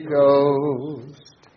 Ghost